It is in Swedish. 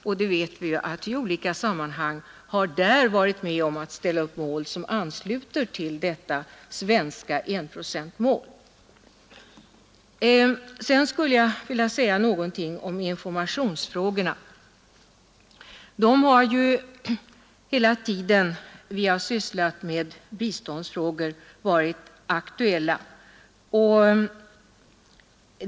Sverige har ju också i olika internationella sammanhang varit med om att ställa upp mål som ansluter till det svenska enprocentsmålet. Under hela den tid vi har sysslat med biståndsfrågor har också informationsfrågorna varit aktuella.